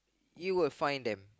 you will find them